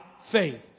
faith